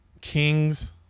King's